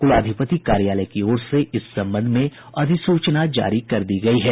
कुलाधिपति कार्यालय की ओर से इस संबंध में अधिसूचना जारी कर दी गयी है